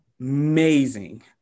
amazing